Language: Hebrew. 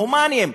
ההומניים,